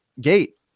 gate